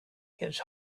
his